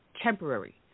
temporary